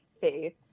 faith